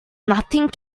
nothing